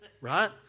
Right